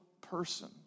person